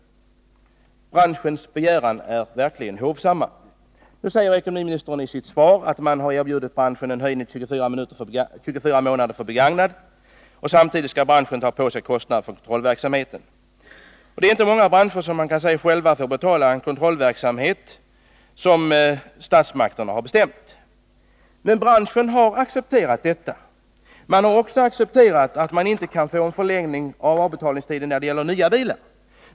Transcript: Branschens begäran är verkligen hovsam. Nu säger ekonomiministern i sitt svar att man när det gäller begagnade bilar har erbjudit branschen en förlängning av tiden för avbetalning till 24 månader. Samtidigt skall branschen ta på sig kostnaden för kontrollverksamheten. Det är inte många branscher som själva måste betala en kontrollverksamhet som statsmakterna har bestämt. Men branschen har accepterat detta. Den har också accepterat att det inte kan bli fråga om en 117 förlängning av avbetalningstiden när det gäller nya bilar.